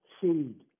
seed